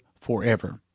forever